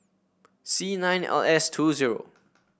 C nine L S two zero